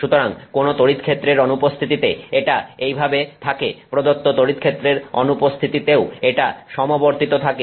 সুতরাং কোন তড়িৎক্ষেত্রের অনুপস্থিতিতে এটা এইভাবে থাকে প্রদত্ত তড়িৎক্ষেত্রের অনুপস্থিতিতেও এটা সমবর্তিত থাকে